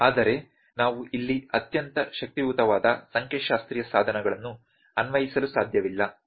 ಆದರೆ ನಾವು ಇಲ್ಲಿ ಅತ್ಯಂತ ಶಕ್ತಿಯುತವಾದ ಸಂಖ್ಯಾಶಾಸ್ತ್ರೀಯ ಸಾಧನಗಳನ್ನು ಅನ್ವಯಿಸಲು ಸಾಧ್ಯವಿಲ್ಲ